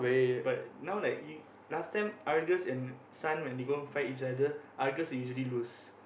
but now like you last time Argus and Sun when they go and fight each other Argus will usually lose